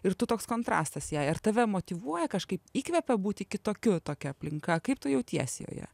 ir tu toks kontrastas jai ir tave motyvuoja kažkaip įkvepia būti kitokiu tokia aplinka kaip tu jautiesi joje